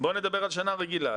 בסדר, בוא נדבר על שנה רגילה.